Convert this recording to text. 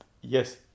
yes